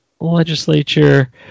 Legislature